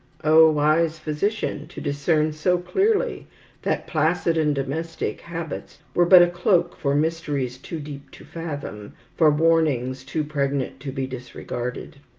wise physician, to discern so clearly that placid and domestic habits were but a cloak for mysteries too deep to fathom, for warnings too pregnant to be disregarded.